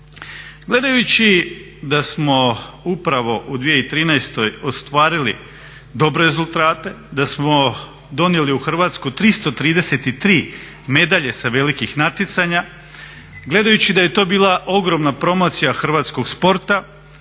Gledajući da smo upravo u 2013. ostvarili dobre rezultate, da smo donijeli u Hrvatsku 333 medalje sa velikih natjecanja, gledajući da je to bila ogromna promocija hrvatskog sporta,